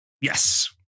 yes